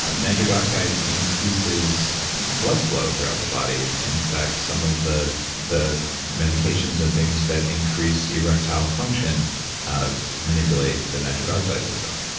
um nitric oxide increases blood flow throughout the body. in fact, some of the the medications and things that increase erectile function manipulate the nitric oxide system.